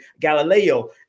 Galileo